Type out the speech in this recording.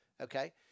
okay